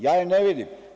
Ja je ne vidim.